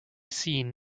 seen